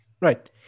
Right